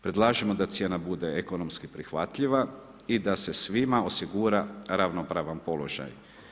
Predlažemo da cijena bude ekonomski prihvatljiva i da se svima osigura ravnopravan položaj.